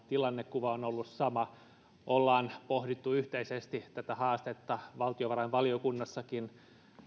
tilannekuva on ollut sama ollaan pohdittu yhteisesti tätä haastetta ja valtiovarainvaliokunnassakin